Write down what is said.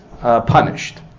punished